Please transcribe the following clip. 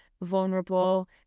vulnerable